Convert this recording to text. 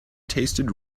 tasted